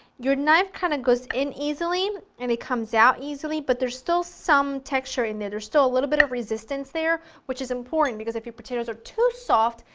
you're knife kinda goes in easily and it comes out easily but there's still some texture in there, there's still a little bit of resistance there which is important because if your potatoes are too soft,